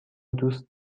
دوست